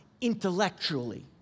intellectually